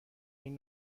این